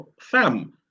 Fam